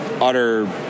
utter